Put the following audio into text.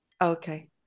okay